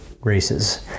races